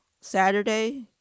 Saturday